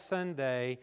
Sunday